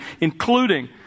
including